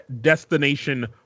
destination